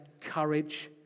courage